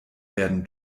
werden